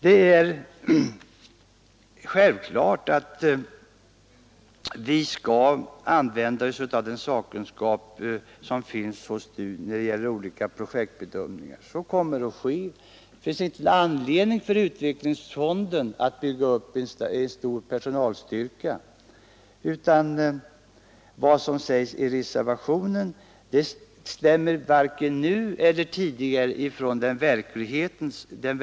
Självklart skall vi när det gäller olika projektbedömningar använda oss av den sakkunskap som finns hos STU. Utvecklingsfonden har inte någon anledning att bygga upp en stor personalstyrka. Vad som sägs i reservationen stämmer varken nu eller tidigare med verkligheten.